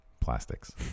Plastics